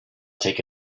take